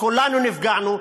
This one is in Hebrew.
כולנו נפגענו,